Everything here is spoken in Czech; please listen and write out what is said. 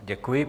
Děkuji.